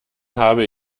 habe